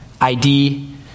ID